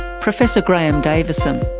professor graeme davison.